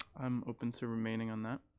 i'm open to remaining on that.